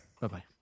Bye-bye